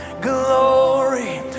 glory